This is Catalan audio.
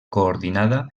coordinada